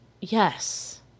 Yes